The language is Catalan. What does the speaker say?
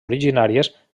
originàries